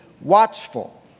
watchful